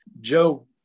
Joe